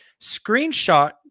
Screenshot